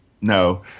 No